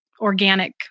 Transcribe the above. organic